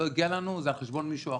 זה על חשבון מישהו אחר,